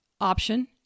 option